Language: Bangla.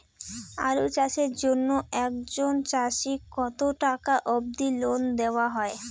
আলু চাষের জন্য একজন চাষীক কতো টাকা অব্দি লোন দেওয়া হয়?